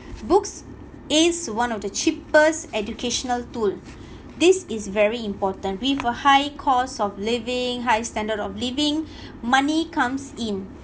books is one of the cheapest educational tool this is very important with a high cost of living high standard of living money comes in